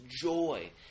joy